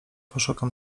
poszukam